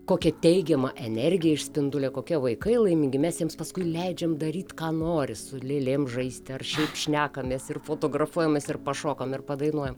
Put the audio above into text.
kokią teigiamą energiją išspindulia kokie vaikai laimingi mes jiems paskui leidžiam daryt ką nori su lėlėm žaisti ar čia šnekamės ir fotografuojamės ir pašokom ir padainuojam